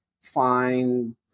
find